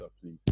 please